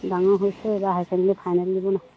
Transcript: ডাঙৰ হৈছে এইবাৰ হাই ছেকেণ্ডৰী ফাইনেল দিব ন